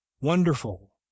Wonderful